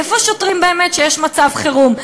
איפה שוטרים, באמת, כשיש מצב חירום?